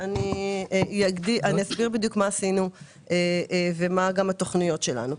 אני אסביר בדיוק מה עשינו ומה התכניות שלנו.